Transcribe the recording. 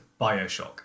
Bioshock